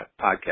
podcast